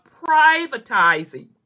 privatizing